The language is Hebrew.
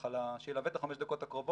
שככה ילווה את חמש הדקות הקרובות,